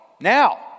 Now